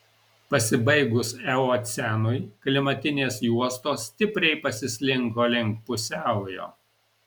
pasibaigus eocenui klimatinės juostos stipriai pasislinko link pusiaujo